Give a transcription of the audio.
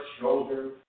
shoulder